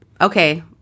okay